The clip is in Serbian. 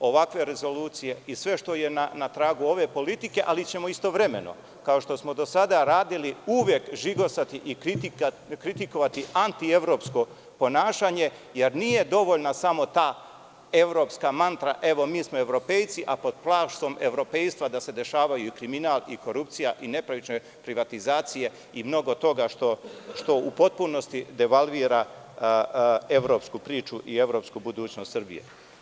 ovakve rezolucije i sve što je na tragu ove politike, ali ćemo istovremeno, kao što smo do sada radili, uvek žigosati i kritikovati antievropsko ponašanje, jer nije dovoljna samo ta evropska mantra – evo, mi smo evropejci, a pod plaštom evropejstva da se dešavaju i kriminal i korupcija i nepravične privatizacije i mnogo toga što u potpunosti devalvira evropsku priču i evropsku budućnost Srbije.